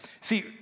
See